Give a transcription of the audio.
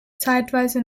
zeitweise